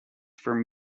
from